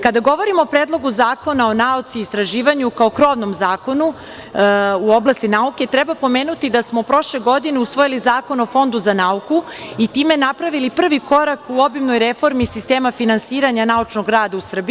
Kada govorimo o Predlogu zakona o nauci i istraživanju kao krovnom zakonu u oblasti nauke, treba pomenuti da smo prošle godine usvojili Zakon o Fondu za nauku i time napravili prvi korak u obimnoj reformi sistema finansiranja naučnog rada u Srbiji.